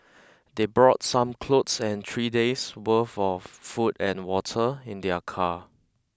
they brought some clothes and three days' worth of food and water in their car